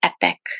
epic